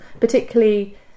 particularly